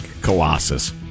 colossus